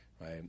right